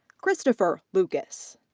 christopher lucas.